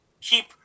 keep